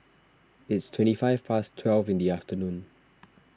its twenty five past twelve in the afternoon